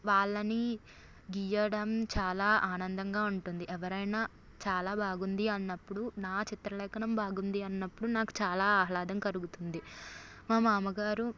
వాళ్ళని గీయడం చాలా ఆనందంగా ఉంటుంది ఎవరైనా చాలా బాగుంది అన్నప్పుడు నా చిత్రలేఖనం బాగుంది అన్నప్పుడు నాకు చాలా ఆహ్లాదం కలుగుతుంది మా మామగారు